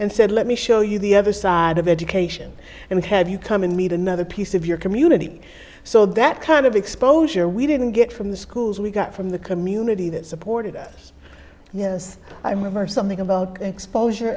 and said let me show you the other side of education and have you come and meet another piece of your community so that kind of exposure we didn't get from the schools we got from the community that supported us yes i remember something about exposure